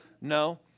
No